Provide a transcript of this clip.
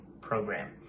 program